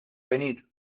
venir